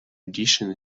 edition